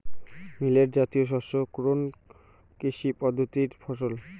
Millet জাতীয় শস্য কোন কৃষি পদ্ধতির ফসল?